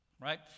right